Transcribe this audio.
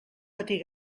patir